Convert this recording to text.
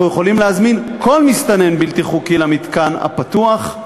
אנחנו יכולים להזמין כל מסתנן בלתי חוקי למתקן הפתוח.